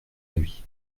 avis